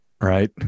right